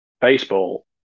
baseball